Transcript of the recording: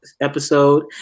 episode